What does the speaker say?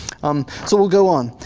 um so we'll go on.